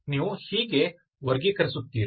ನೀವು ಹೀಗೆ ವರ್ಗೀಕರಿಸುತ್ತೀರಿ